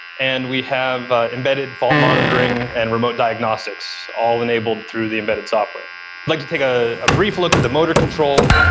and we have embedded fault monitoring and remote diagnostics all enabled through the embedded software. i'd like to take a brief look at the motor control.